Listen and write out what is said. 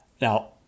Now